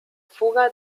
fuga